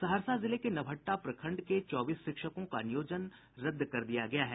सहरसा जिले के नवहट्टा प्रखंड के चौबीस शिक्षकों का नियोजन रद्द कर दिया गया है